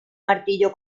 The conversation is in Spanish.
martillo